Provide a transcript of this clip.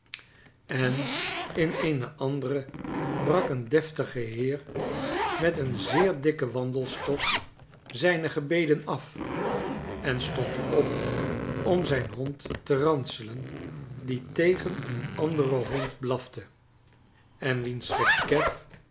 en in eene andere brak een deftig heer met een zeer dikken wandelstok zijne gebeden af en stond op om zijn hond te ranselen die tegen een anderen hond blafte en wiens gekef